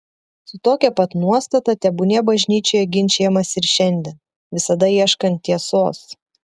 su tokia pat nuostata tebūnie bažnyčioje ginčijamasi ir šiandien visada ieškant tiesos